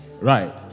Right